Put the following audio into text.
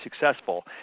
successful